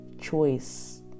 choice